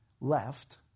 left